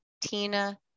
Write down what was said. Tina